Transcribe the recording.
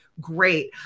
great